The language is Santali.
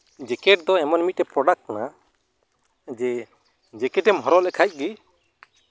ᱡᱮᱠᱮᱹᱴ ᱫᱚ ᱮᱢᱚᱱ ᱢᱤᱫᱴᱮᱱ ᱯᱨᱚᱰᱟᱠᱴ ᱠᱟᱱᱟ ᱡᱮ ᱡᱮᱠᱮᱹᱴ ᱮᱢ ᱦᱚᱨᱚᱜ ᱞᱮᱠᱷᱟᱱ ᱜᱮ